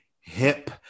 hip